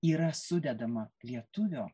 yra sudedama lietuvio